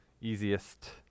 easiest